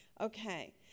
Okay